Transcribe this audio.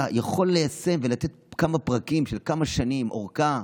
אתה יכול ליישם ולתת כמה פרקים של כמה שנים, ארכה,